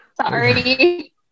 Sorry